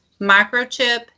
microchip